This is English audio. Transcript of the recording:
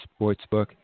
sportsbook